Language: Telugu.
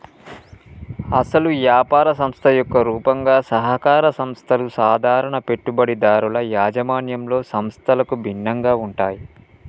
అసలు యాపార సంస్థ యొక్క రూపంగా సహకార సంస్థల సాధారణ పెట్టుబడిదారుల యాజమాన్యంలోని సంస్థలకు భిన్నంగా ఉంటాయి